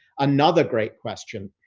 another great question.